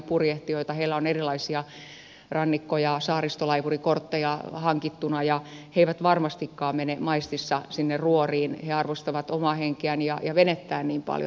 heillä on erilaisia rannikko ja saaristolaivurikortteja hankittuina ja he eivät varmastikaan mene maistissa sinne ruoriin he arvostavat omaa henkeään ja venettään niin paljon